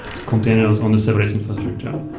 it's containers on a serverless infrastructure.